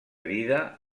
vida